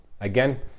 Again